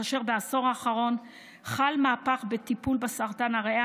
כאשר בעשור האחרון חל מהפך בטיפול בסרטן הריאה